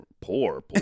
poor